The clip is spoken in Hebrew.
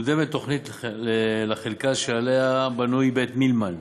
מקודמת תוכנית לחלקה שעליה בנוי בית-מילמן.